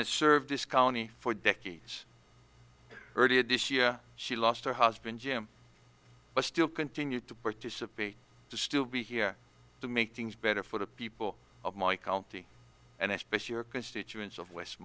has served this county for decades earlier this year she lost her husband jim but still continued to participate to still be here to make things better for the people of my county and especially our constituents of w